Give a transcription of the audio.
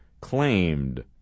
claimed